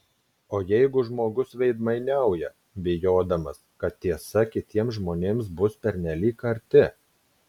o jeigu žmogus veidmainiauja bijodamas kad tiesa kitiems žmonėms bus pernelyg karti